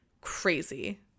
crazy